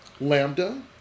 Lambda